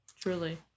truly